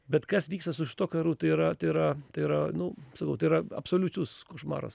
bet kas vyksta su šituo karu tai yra tai yra tai yra nu sakau tai yra absoliutus košmaras